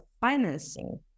financing